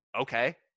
okay